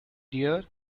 dear